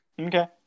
Okay